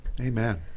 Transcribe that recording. amen